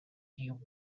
few